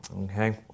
Okay